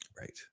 Right